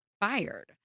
fired